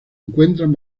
encuentran